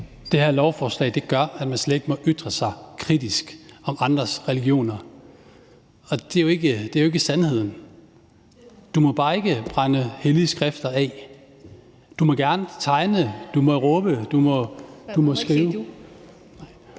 det her lovforslag gør, at man slet ikke må ytre sig kritisk om andres religioner, men det er jo ikke sandheden. Du må bare ikke brænde hellige skrifter af. Du må gerne tegne, du må råbe, du må skrive ... (Den fg.